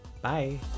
Bye